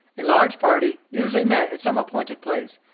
a large party usually met at some appointed place,